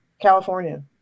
California